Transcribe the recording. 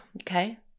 okay